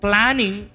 Planning